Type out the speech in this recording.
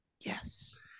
Yes